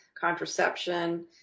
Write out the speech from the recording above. contraception